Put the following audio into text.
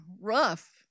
rough